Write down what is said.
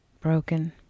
broken